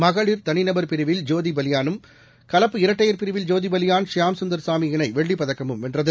மகளிர் தனிநபர் பிரிவில் ஜோதிபலியானும் கலப்பு இரட்டையர் பிரிவில் ஜோதிபலியான் ஷியாம் சுந்தர் சாமி இணைவெள்ளிப் பதக்கமும் வென்றது